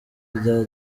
rya